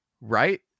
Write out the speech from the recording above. right